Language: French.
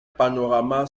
panorama